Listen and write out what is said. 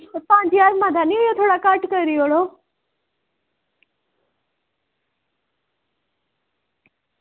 पंज ज्हार मता निं होई गेआ थोह्ड़ा घट्ट करी ओड़ो